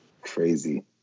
Crazy